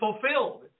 fulfilled